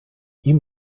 ihm